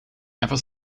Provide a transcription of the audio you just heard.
ever